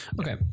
Okay